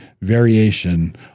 variation